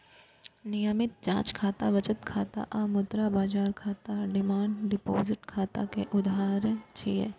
नियमित जांच खाता, बचत खाता आ मुद्रा बाजार खाता डिमांड डिपोजिट खाता के उदाहरण छियै